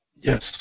Yes